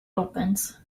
opens